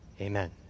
Amen